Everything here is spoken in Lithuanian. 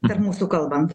tarp mūsų kalbant